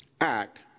act